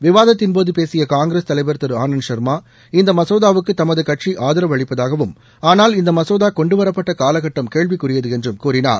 விவாதத்தின்போது பேசிய காங்கிரஸ் தலைவர் திரு ஆனந்த ஷர்மா இந்த மசோதாவுக்கு தமது கட்சி ஆதரவு அளிப்பதாகவும் ஆனால் இந்த மசோதா கொண்டுவரப்பட்ட காலக்கட்டம் கேள்விக்குரியது என்றும் கூறினார்